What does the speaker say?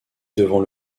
devant